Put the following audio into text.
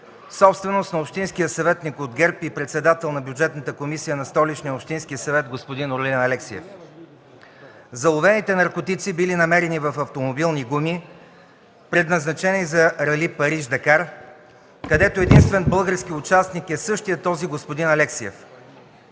собственост на общинския съветник и председател на Бюджетната комисия на Столичния общински съвет господин Орлин Алексиев. Заловените наркотици били намерени в автомобилни гуми, предназначени за рали „Париж – Дакар“, където единствен български участник е същият този господин Алексиев.